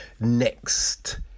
next